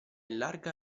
larga